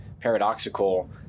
paradoxical